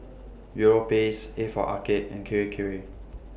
Europace A For Arcade and Kirei Kirei